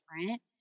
different